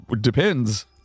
depends